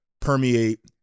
permeate